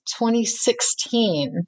2016